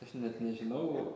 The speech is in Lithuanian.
aš net nežinau